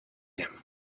him